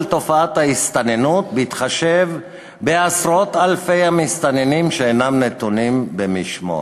תופעת ההסתננות בהתחשב בעשרות-אלפי המסתננים שאינם נתונים במשמורת.